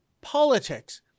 politics